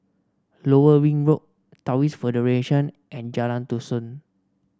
Lower Ring Road Taoist Federation and Jalan Dusun